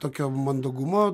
tokio mandagumo